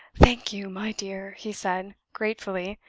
thank you, my dear, he said, gratefully.